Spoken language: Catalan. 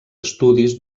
estudis